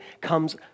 comes